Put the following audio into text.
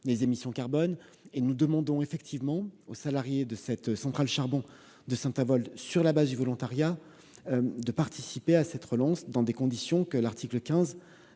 les émissions carbone seront compensées. Nous demandons bien aux salariés de la centrale à charbon de Saint-Avold, sur la base du volontariat, de participer à cette relance dans des conditions que l'article 15